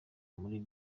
muri